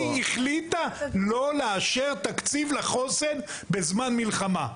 היא החליטה לא לאשר תקציב לחוסן בזמן מלחמה.